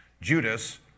Judas